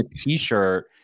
t-shirt